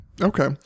okay